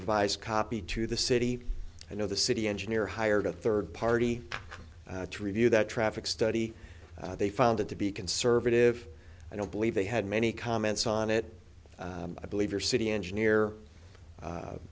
revised copy to the city you know the city engineer hired a third party to review that traffic study they found it to be conservative i don't believe they had many comments on it i believe your city engineer